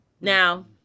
Now